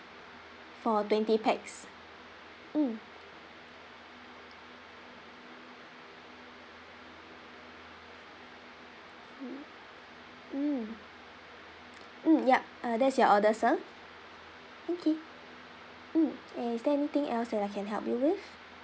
for twenty pax mm hmm mm mm yup uh that's your order sir okay mm is there anything else that I can help you with